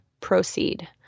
proceed